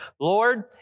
Lord